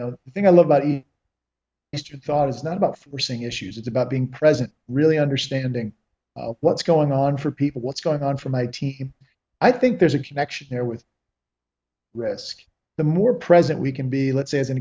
know the thing i love body is your thought is not about forcing issues it's about being present really understanding what's going on for people what's going on for my tea i think there's a connection there with risk the more present we can be let's say as an